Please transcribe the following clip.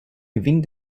gewinn